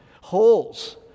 Holes